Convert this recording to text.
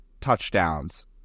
touchdowns